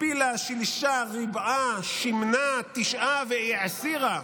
הכפילה, שילשה, ריבעה, שימנה, תישעה והעשירה,